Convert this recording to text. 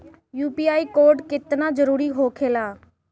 UPI code केतना जरुरी होखेला?